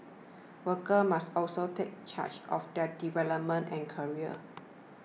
workers must also take charge of their development and careers